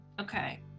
Okay